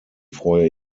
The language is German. freue